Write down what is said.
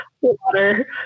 water